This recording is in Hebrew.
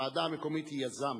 הוועדה המקומית היא יזם.